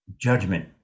judgment